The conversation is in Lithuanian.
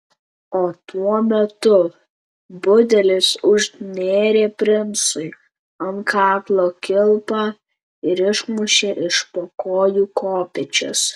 o tuo metu budelis užnėrė princui ant kaklo kilpą ir išmušė iš po kojų kopėčias